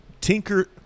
tinker